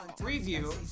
review